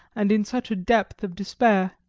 and in such a depth of despair.